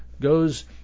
goes